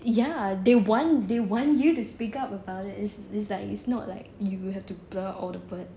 ya they want they want you to speak up about it it's it's it's not like you have to blur out all the words